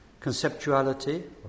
conceptuality